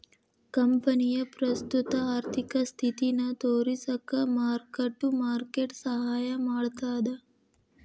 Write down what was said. ಕಂಪನಿಯ ಪ್ರಸ್ತುತ ಆರ್ಥಿಕ ಸ್ಥಿತಿನ ತೋರಿಸಕ ಮಾರ್ಕ್ ಟು ಮಾರ್ಕೆಟ್ ಸಹಾಯ ಮಾಡ್ತದ